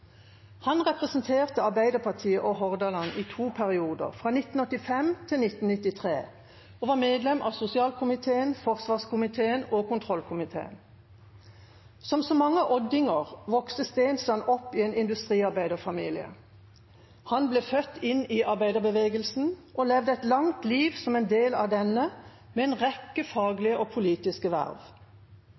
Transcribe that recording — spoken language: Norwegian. Han representerte Arbeiderpartiet og Hordaland i to perioder, fra 1985 til 1993, og var medlem av sosialkomiteen, forsvarskomiteen og kontrollkomiteen. Som så mange oddinger vokste Stensland opp i en industriarbeiderfamilie. Han ble født inn i arbeiderbevegelsen, og levde et langt liv som del av denne med en rekke faglige og politiske verv.